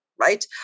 right